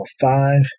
five